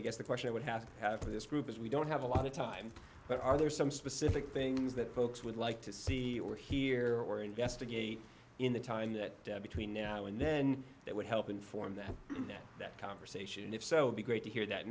i guess the question i would have to have for this group is we don't have a lot of time but are there some specific things that folks would like to see or hear or investigate in the time that between now and then that would help inform them that that conversation if so be great to hear that